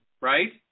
right